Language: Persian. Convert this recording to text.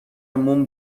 موم